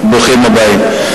ברוכים הבאים.